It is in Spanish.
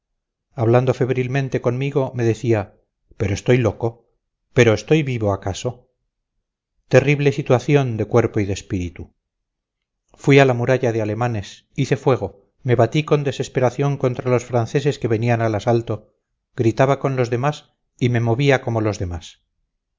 hablando febrilmente conmigo me decía pero estoy loco pero estoy vivo acaso terrible situación de cuerpo y de espíritu fui a la muralla de alemanes hice fuego me batí con desesperación contra los franceses que venían al asalto gritaba con los demás y me movía como los demás